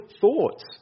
thoughts